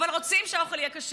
אבל רוצים שהאוכל יהיה כשר,